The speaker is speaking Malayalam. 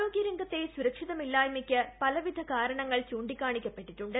ആരോഗ്യ രംഗത്തെ സുരക്ഷിതമില്ലായ്മയ്ക്ക് പ്രലവിധ കാരണങ്ങൾ ചൂണ്ടിക്കാണിക്കപ്പെട്ടിട്ടുണ്ട്